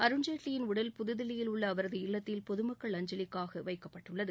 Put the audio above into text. அருண்ஜேட்லியின் உடல் புதுதில்லியில் உள்ள அவரது இல்லத்தில் பொதுமக்கள் அஞ்சலிக்காக வைக்கப்பட்டுள்ளது